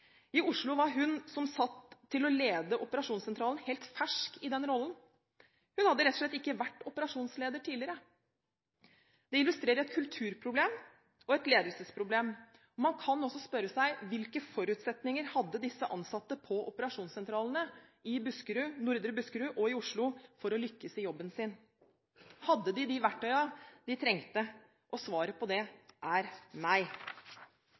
I Oslo var hun som var satt til å lede operasjonssentralen, helt fersk i den rollen. Hun hadde rett og slett ikke vært operasjonsleder tidligere. Det illustrerer et kulturproblem og et ledelsesproblem. Man kan også spørre seg: Hvilke forutsetninger hadde disse ansatte på operasjonssentralene i Nordre Buskerud og i Oslo for å lykkes i jobben sin? Hadde de de verktøyene de trengte? Svaret på det er: